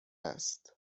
است